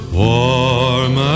warm